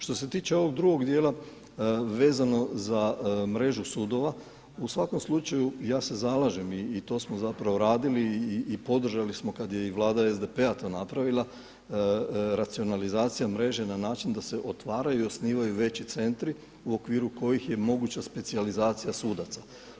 Što se tiče ovog drugog dijela vezano za mrežu sudova u svakom slučaju ja se zalažem i to smo zapravo radili i podržali smo kad je i Vlada SDP-a to napravila racionalizacija mreže na način da se otvaraju i osnivaju veći centri u okviru kojih je moguća specijalizacija sudaca.